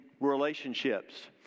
relationships